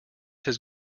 his